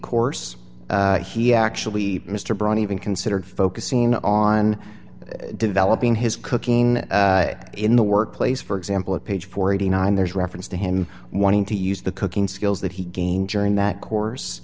course he actually mr brown even considered focusing on developing his cooking in the workplace for example a page forty nine there's reference to him wanting to use the cooking skills that he gained during that course